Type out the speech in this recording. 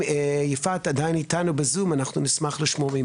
נשמח לשמוע.